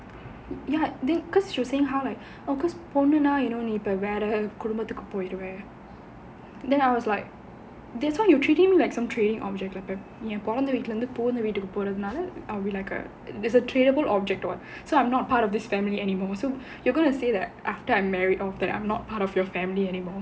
ya I think because she was saying how like oh because பொண்ணுன்னா இவங்கள விட்டு வேற குடும்பத்துக்கு போயிருவ:ponnunaa ivangala vittu vera kudumbathukku poiruva then I was like that's why you treat him like some trading object ஏன் பொறந்த வீட்டுல இருந்து புகுந்த வீட்டுல போறதுனால:yaen porantha veetula irunthu puguntha veetula porathunaala like a tradable object [what] so I'm not part of this family anymore so you are gonna say that after I married off that I'm not part of your family anymore